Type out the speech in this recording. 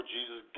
Jesus